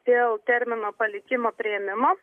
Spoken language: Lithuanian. dėl termino palikimo priėmimo